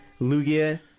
Lugia